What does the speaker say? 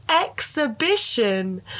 exhibition